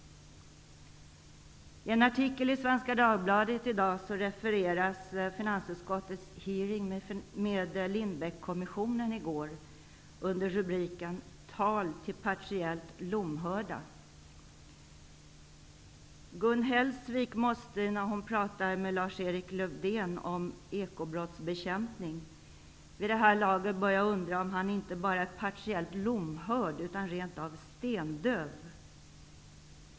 I en artikel i Svenska Dagbladet i dag refereras finansutskottets hearing i går med Gun Hellsvik måste, när hon pratar med Lars-Erik Lövdén om ekobrottsbekämpning, vid det här laget undra om han inte bara är partiellt lomhörd utan rent av är stendöv.